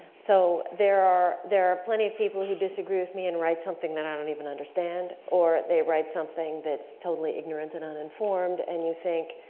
so there are there are plenty of people who disagree with me and write something that i don't even understand, or they write something that's totally ignorant and uninformed, and you think,